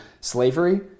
slavery